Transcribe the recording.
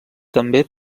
també